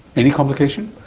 any complication?